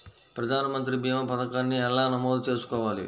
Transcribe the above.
ప్రధాన మంత్రి భీమా పతకాన్ని ఎలా నమోదు చేసుకోవాలి?